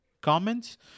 comments